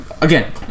Again